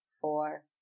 four